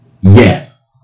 yes